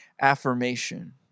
affirmation